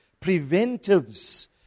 preventives